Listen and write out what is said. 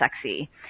sexy